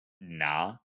Nah